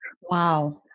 Wow